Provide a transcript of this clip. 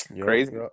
Crazy